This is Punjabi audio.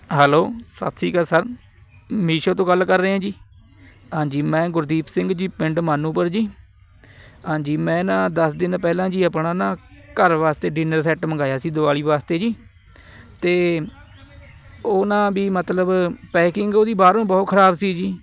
ਹੈਲੋ ਸਤਿ ਸ਼੍ਰੀ ਅਕਾਲ ਸਰ ਮੀਸ਼ੋ ਤੋਂ ਗੱਲ ਕਰ ਰਹੇ ਹੈ ਜੀ ਹਾਂਜੀ ਮੈਂ ਗੁਰਦੀਪ ਸਿੰਘ ਜੀ ਪਿੰਡ ਮਾਨੂਪੁਰ ਜੀ ਹਾਂਜੀ ਮੈਂ ਨਾ ਦਸ ਦਿਨ ਪਹਿਲਾਂ ਜੀ ਆਪਣਾ ਨਾ ਘਰ ਵਾਸਤੇ ਡਿਨਰ ਸੈੱਟ ਮੰਗਵਾਇਆ ਸੀ ਦੀਵਾਲੀ ਵਾਸਤੇ ਜੀ ਅਤੇ ਉਹ ਨਾ ਵੀ ਮਤਲਬ ਪੈਕਿੰਗ ਉਹਦੀ ਬਾਹਰੋਂ ਬਹੁਤ ਖ਼ਰਾਬ ਸੀ ਜੀ